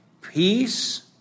peace